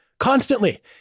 Constantly